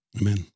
Amen